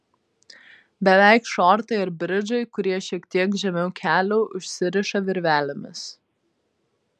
beveik šortai ar bridžai kurie šiek tiek žemiau kelių užsiriša virvelėmis